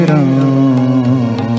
Ram